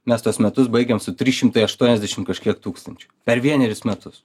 mes tuos metus baigėm su trys šimtai aštuoniasdešimt kažkiek tūkstančių per vienerius metus